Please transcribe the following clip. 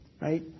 Right